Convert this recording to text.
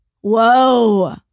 Whoa